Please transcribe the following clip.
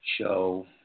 Show